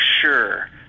sure